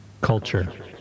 Culture